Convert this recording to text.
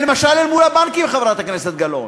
למשל אל מול הבנקים, חברת הכנסת גלאון,